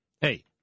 Hey